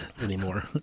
anymore